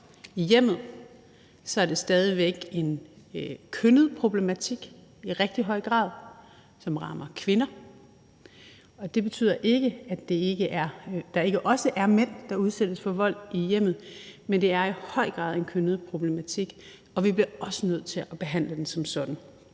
i rigtig høj grad en kønnet problematik, som rammer kvinder. Det betyder ikke, at der ikke også er mænd, der udsættes for vold i hjemmet, men det er i høj grad en kønnet problematik, og vi bliver også nødt til at behandle den som sådan.